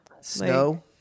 snow